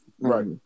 Right